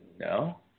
No